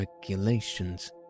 regulations